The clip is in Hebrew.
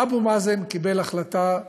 אבו מאזן קיבל החלטה,